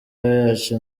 yacu